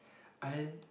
I